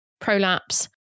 prolapse